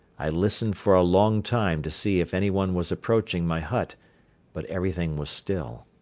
i listened for a long time to see if anyone was approaching my hut but everything was still.